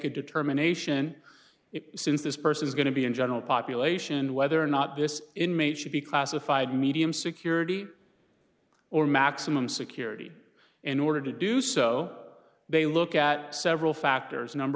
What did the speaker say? a determination if since this person is going to be in general population whether or not this inmate should be classified medium security or maximum security in order to do so they look at several factors number